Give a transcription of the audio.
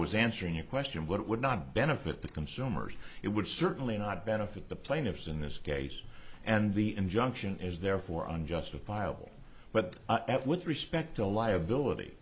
was answering your question what would not benefit the consumers it would certainly not benefit the plaintiffs in this case and the injunction is therefore unjustifiable but with respect to liability